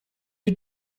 you